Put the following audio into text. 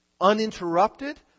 Uninterrupted